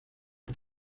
que